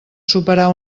superar